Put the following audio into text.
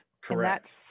Correct